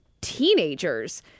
teenagers